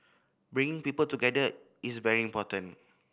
bringing people together is very important